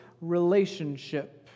relationship